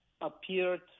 appeared